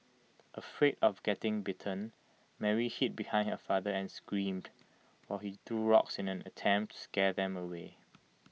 afraid of getting bitten Mary hid behind her father and screamed while he threw rocks in an attempt scare them away